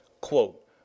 quote